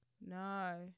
No